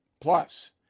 Plus